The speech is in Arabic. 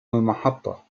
المحطة